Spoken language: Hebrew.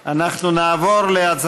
בעד, שני מתנגדים, אחד נמנע.